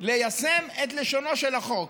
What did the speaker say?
ליישם את לשונו של החוק,